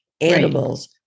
animals